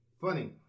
funny